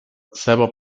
selber